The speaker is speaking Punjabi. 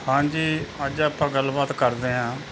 ਹਾਂਜੀ ਅੱਜ ਆਪਾਂ ਗੱਲਬਾਤ ਕਰਦੇ ਹਾਂ